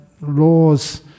laws